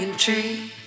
tree